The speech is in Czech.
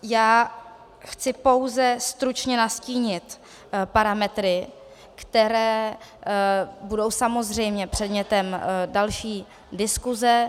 Já chci pouze stručně nastínit parametry, které budou samozřejmě předmětem další diskuze.